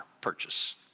purchase